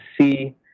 see